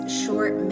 short